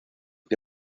que